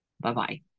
Bye-bye